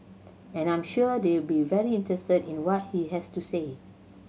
and I'm sure they'll be very interested in what he has to say